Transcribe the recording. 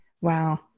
Wow